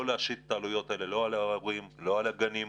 להשית את העלויות האלה על ההורים ועל הגנים.